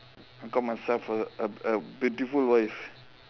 I got myself a a a beautiful wife